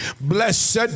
blessed